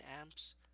amps